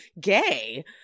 gay